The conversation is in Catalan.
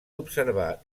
observar